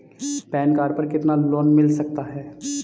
Pan card पर कितना loan मिल सकता है?